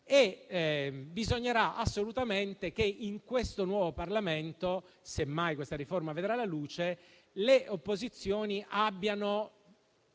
e bisognerà assolutamente che nel nuovo Parlamento, semmai questa riforma vedrà la luce, le opposizioni abbiano